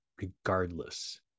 regardless